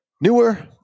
Newer